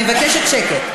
אני מבקשת שקט.